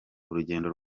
urugendo